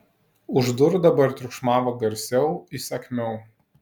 už durų dabar triukšmavo garsiau įsakmiau